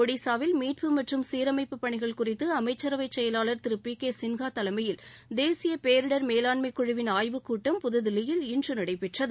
ஜடிசாவில் மீட்பு மற்றும் சீரமைப்பு பணிகள் குறித்து அமைச்சரவை செயலாளர் திரு பி கே சின்ஹா தலைமையில் தேசிய பேரிடம் மேலாண்மை குழுவின் ஆய்வுக்கூட்டம் புதுதில்லியில் இன்று நடைபெற்றது